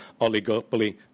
oligopoly